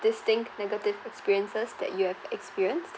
distinct negative experiences that you have experienced